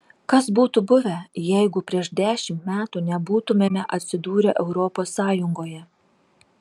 kas būtų buvę jeigu prieš dešimt metų nebūtumėme atsidūrę europos sąjungoje